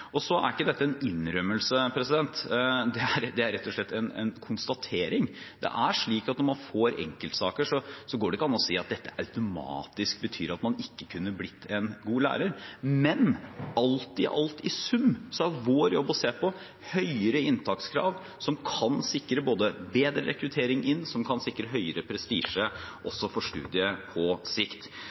Så er ikke dette en innrømmelse; det er rett og slett en konstatering. Når man får enkeltsaker, går det ikke an å si at dette automatisk betyr at man ikke kunne blitt en god lærer. Men alt i alt, i sum, er vår jobb å se på høyere inntakskrav som kan sikre både bedre rekruttering og høyere prestisje for studiet på sikt.